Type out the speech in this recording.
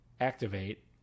activate